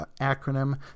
acronym